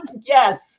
Yes